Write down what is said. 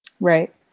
right